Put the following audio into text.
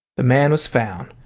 the man was found.